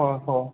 हो हो